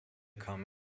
kam